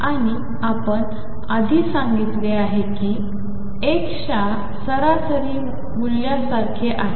आणि आपण आधी सांगितले की हे x च्या सरासरी मूल्यासारखे आहे